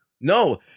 No